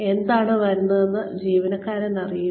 എന്താണ് വരുന്നതെന്ന് ജീവനക്കാരൻ അറിഞ്ഞിരിക്കണം